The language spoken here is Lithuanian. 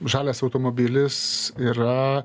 žalias automobilis yra